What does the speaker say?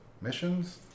missions